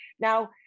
Now